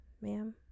Ma'am